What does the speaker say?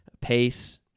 pace